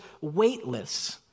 weightless